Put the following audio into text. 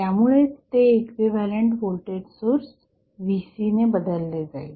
त्यामुळेच ते equivalent voltage source Vc ने बदलले जाईल